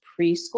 preschool